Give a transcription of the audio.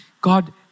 God